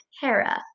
Hera